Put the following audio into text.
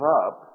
up